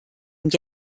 und